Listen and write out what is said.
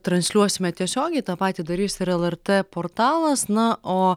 transliuosime tiesiogiai tą patį darys ir lrt portalas na o